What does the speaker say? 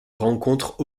rencontre